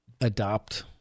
adopt